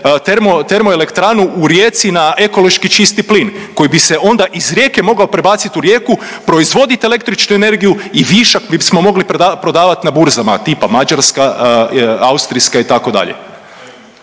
termoelektranu u Rijeci na ekološki čisti plin koji bi se onda iz Rijeke mogao prebaciti u Rijeku, proizvoditi električnu energiju i višak smo mogli prodavati na burzama, tipa Mađarska, austrijska, itd.